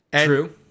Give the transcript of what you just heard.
True